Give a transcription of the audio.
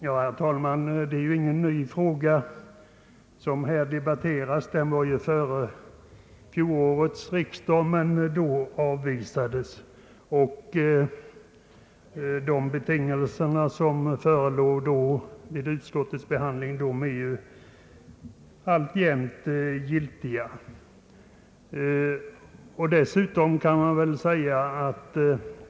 Herr talman! Den fråga som här debatteras är inte ny. Den behandlades av fjolårets riksdag, men kraven avvisades då. De betingelser som förelåg vid utskottets behandling förra året är alltjämt giltiga.